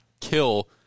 kill